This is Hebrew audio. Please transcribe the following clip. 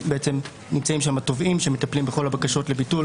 שנמצאים שם התובעים שמטפלים בכל הבקשות לביטול